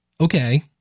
Okay